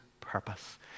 purpose